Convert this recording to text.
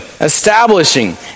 establishing